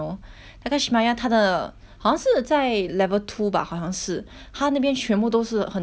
好像是在 level two bah 好像是他那边全部都是很多卖 mooncake 的地方你知道吗